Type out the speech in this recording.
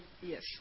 Yes